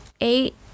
eight